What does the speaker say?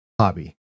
hobby